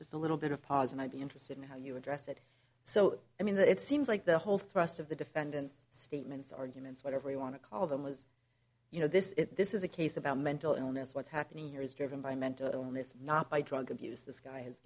just a little bit of pause and i'd be interested in how you address it so i mean it seems like the whole thrust of the defendant's statements arguments whatever you want to call them was you know this is this is a case about mental illness what's happening here is driven by mental illness not by drug abuse this guy is